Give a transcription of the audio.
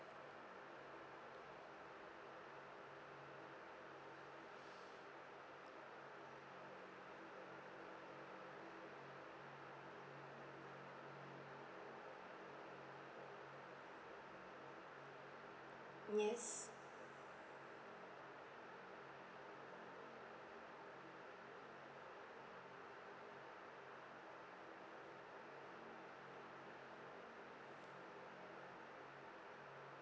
yes